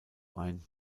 ein